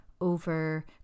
over